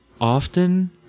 often